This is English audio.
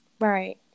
Right